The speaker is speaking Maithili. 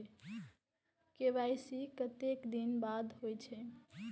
के.वाई.सी कतेक दिन बाद होई छै?